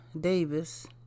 Davis